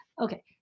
okay